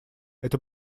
это